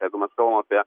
jeigu mes kalbam apie